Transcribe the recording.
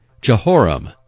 Jehoram